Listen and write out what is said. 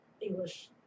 English